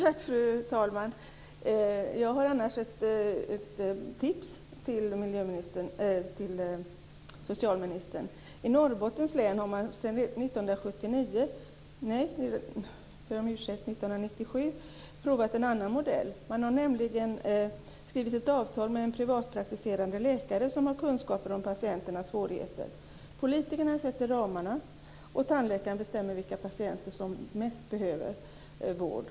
Fru talman! Jag har annars ett tips till socialministern. I Norrbottens län har man sedan 1997 provat en annan modell. Man har nämligen skrivit ett avtal med en privatpraktiserande läkare som har kunskaper om patienternas svårigheter. Politikerna sätter ramarna, och tandläkaren bestämmer vilka patienter som mest behöver vård.